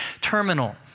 terminal